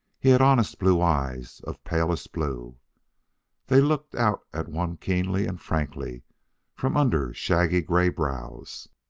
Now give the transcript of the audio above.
he had honest blue eyes of palest blue they looked out at one keenly and frankly from under shaggy gray brows.